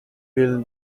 will